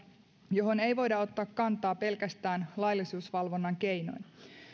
johon ei voida ottaa kantaa pelkästään laillisuusvalvonnan keinoin